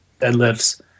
deadlifts